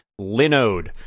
Linode